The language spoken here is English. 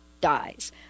dies